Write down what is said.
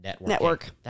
Network